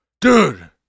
dude